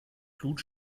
blut